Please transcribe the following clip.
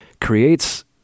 creates